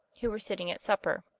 who were sitting at supper.